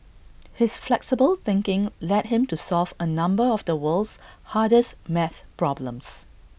his flexible thinking led him to solve A number of the world's hardest maths problems